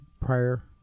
prior